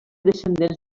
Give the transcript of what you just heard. descendents